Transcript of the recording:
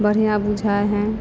बढ़िऑं बुझाइ है